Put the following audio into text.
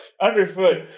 underfoot